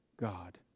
God